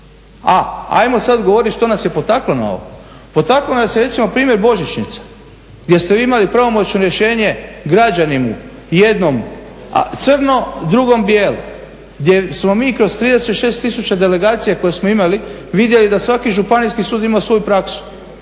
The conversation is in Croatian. A ajmo sad govoriti što nas je potaklo na ovo. Potakao nas je recimo primjer božićnica gdje ste vi imali pravomoćno rješenje građaninu jednom crno drugom bijelo. Gdje smo mi kroz 36 tisuća delegacija koje smo imali vidjeli da svaki županijski sud ima svoju praksu,